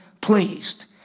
pleased